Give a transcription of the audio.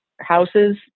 houses